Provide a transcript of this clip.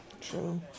True